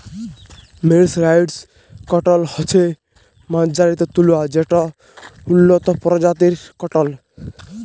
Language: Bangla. মের্সরাইসড কটল হছে মাজ্জারিত তুলা যেট উল্লত পরজাতির কটল